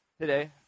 today